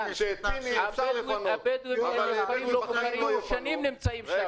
הבדואים שנים נמצאים שם.